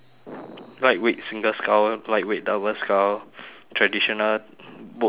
lightweight single scull lightweight double scull traditional boat ten